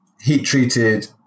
heat-treated